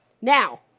Now